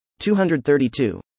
232